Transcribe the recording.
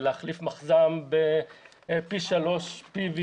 להחליף מחז"ם פי שלוש פי.וי.